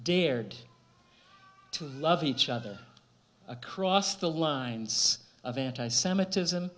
dared to love each other across the lines of anti semitism